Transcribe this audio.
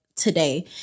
today